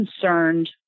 concerned